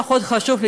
ולא פחות חשוב,